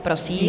Prosím.